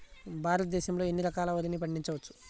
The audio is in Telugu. భారతదేశంలో ఎన్ని రకాల వరిని పండించవచ్చు